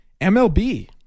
MLB